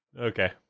okay